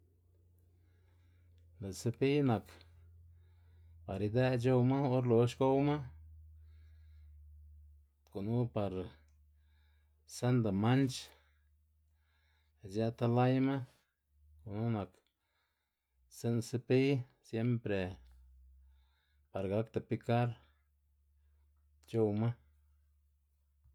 Lë' sepiy nak par idë' c̲h̲owma or lox gowma, gunu par senda manc̲h̲ ic̲h̲ë talayma gunu nak stsi'n sepiy siempre par gakda pikar c̲h̲owma.